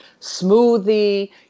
smoothie